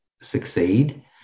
succeed